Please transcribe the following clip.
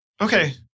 Okay